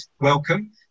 welcome